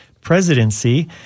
presidency